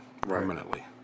permanently